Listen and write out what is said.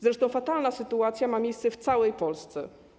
Zresztą fatalna sytuacja ma miejsce w całej Polsce.